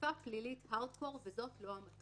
לאכיפה פלילית hardcore , וזאת לא המטרה.